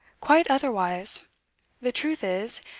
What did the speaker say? quite otherwise the truth is,